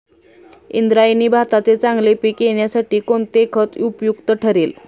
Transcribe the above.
इंद्रायणी भाताचे चांगले पीक येण्यासाठी कोणते खत उपयुक्त ठरेल?